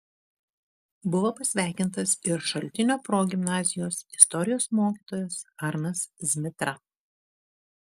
buvo pasveikintas ir šaltinio progimnazijos istorijos mokytojas arnas zmitra